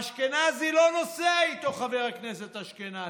אשכנזי לא נוסע איתו, חבר הכנסת אשכנזי.